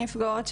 הנפגעות,